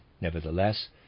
nevertheless